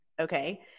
okay